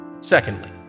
Secondly